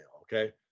okay